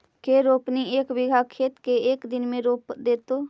के रोपनी एक बिघा खेत के एक दिन में रोप देतै?